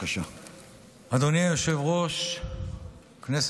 ועדת הכנסת, חוקה?